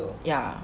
ya